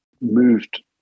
moved